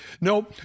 No